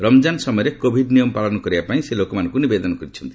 ରମ୍ଜାନ ସମୟରେ କୋଭିଡ ନିୟମ ପାଳନ କରିବା ପାଇଁ ସେ ଲୋକମାନଙ୍କୁ ନିବେଦନ କରିଛନ୍ତି